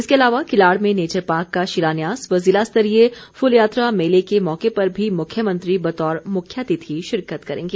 इसके अलावा किलाड़ में नेचर पार्क का शिलान्यास व जिला स्तरीय फुल यात्रा मेले के मौके पर भी मुख्यमंत्री बतौर मुख्यातिथि शिरकत करेंगे